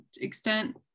extent